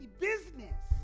business